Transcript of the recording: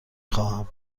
خواهم